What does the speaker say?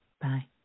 Bye